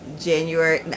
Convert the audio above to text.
January